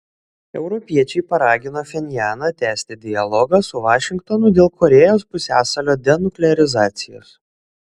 europiečiai paragino pchenjaną tęsti dialogą su vašingtonu dėl korėjos pusiasalio denuklearizacijos